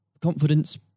confidence